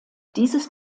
dieses